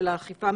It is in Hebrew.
של האכיפה,